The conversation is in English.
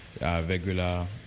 regular